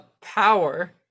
power